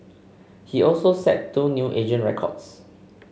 he also set two new agent records